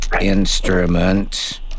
instrument